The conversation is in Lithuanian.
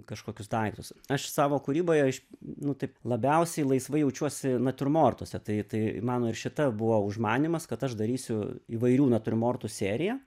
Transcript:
kažkokius daiktus aš savo kūryboje aš nu taip labiausiai laisvai jaučiuosi natiurmortuose tai tai mano ir šita buvo užmanymas kad aš darysiu įvairių natiurmortų seriją